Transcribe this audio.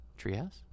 Treehouse